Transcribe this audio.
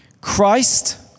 Christ